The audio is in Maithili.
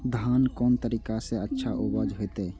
धान कोन तरीका से अच्छा उपज होते?